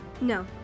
No